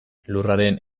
lurraren